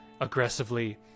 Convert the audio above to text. aggressively